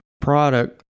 product